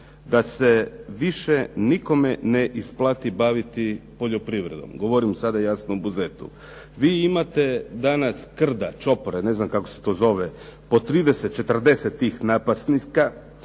da se više nikome ne isplati baviti poljoprivredom, govorim sada jasno o Buzetu. Vi imate krda, čopore, ne znam kako se to zove, po 30, 40 tih napasnika,